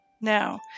Now